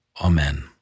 Amen